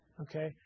Okay